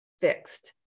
fixed